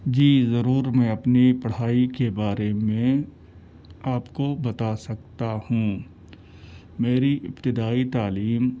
جی ضرور میں اپنی پڑھائی کے بارے میں آپ کو بتا سکتا ہوں میری ابتدائی تعلیم